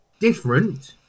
different